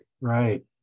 right